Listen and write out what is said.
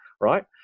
right